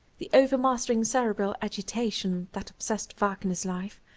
the overmastering cerebral agitation that obsessed wagner's life,